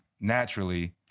naturally